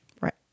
Right